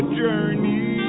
journey